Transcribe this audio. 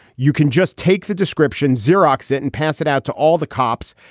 you can just take the description, xerox it and pass it out to all the cops.